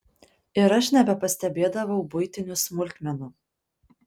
ir aš nebepastebėdavau buitinių smulkmenų